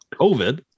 COVID